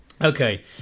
Okay